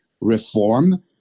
reform